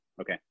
Okay